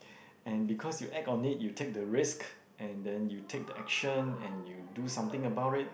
and because you act on it you take the risk and then you take the action and you do something about it